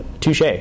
touche